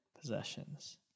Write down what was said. possessions